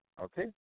Okay